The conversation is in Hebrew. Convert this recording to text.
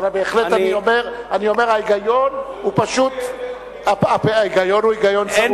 אבל אני בהחלט אומר שההיגיון הוא היגיון צרוף.